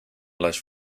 las